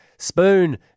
Spoon